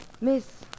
Miss